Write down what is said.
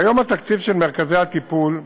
כיום התקציב של מרכזי הטיפול,